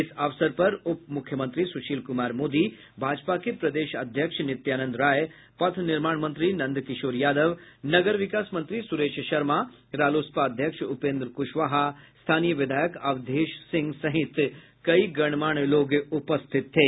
इस अवसर पर उप मुख्यमंत्री सुशील कुमार मोदी भाजपा के प्रदेश अध्यक्ष नित्यानंद राय पथ निर्माण मंत्री नंद किशोर यादव नगर विकास मंत्री सुरेश शर्मा रालोसपा अध्यक्ष उपेन्द्र कुशवाहा स्थानीय विधायक अवधेश सिंह सहित कई गणमान्य लोग उपस्थित थे